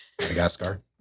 Madagascar